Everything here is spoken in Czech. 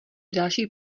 další